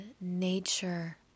nature